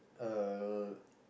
uh